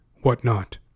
whatnot